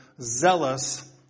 zealous